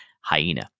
Hyena